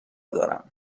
دارم